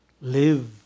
Live